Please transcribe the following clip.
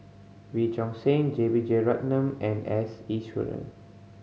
Wee Choon Seng J B Jeyaretnam and S Iswaran